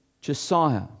Josiah